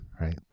right